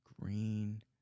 green